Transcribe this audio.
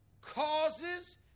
causes